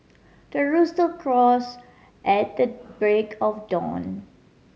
the rooster crows at the break of dawn